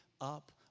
up